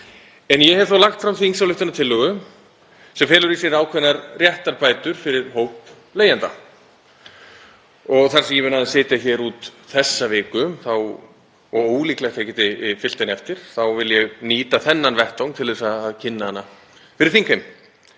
En ég hef þó lagt fram þingsályktunartillögu sem felur í sér ákveðnar réttarbætur fyrir hóp leigjenda. Og þar sem ég mun aðeins sitja hér út þessa viku og ólíklegt að ég geti fylgt henni eftir þá vil ég nýta þennan vettvang til að kynna hana fyrir þingheimi.